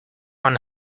want